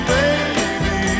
baby